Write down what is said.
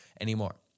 anymore